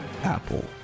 apple